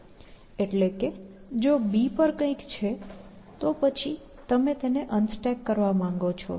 એટલે કે જો B પર કંઈક છે તો પછી તમે તેને અનસ્ટેક કરવા માંગો છો